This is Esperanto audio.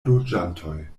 loĝantoj